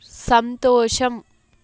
సంతోషం